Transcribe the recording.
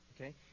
Okay